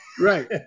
Right